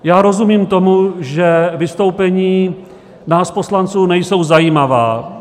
Já rozumím tomu, že vystoupení nás poslanců nejsou zajímavá.